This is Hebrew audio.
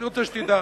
אני רוצה שתדע,